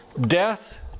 Death